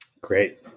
Great